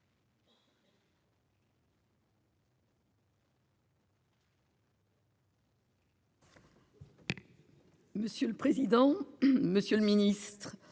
Monsieur le président, monsieur le ministre,